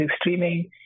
streaming